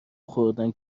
خوردن